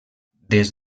des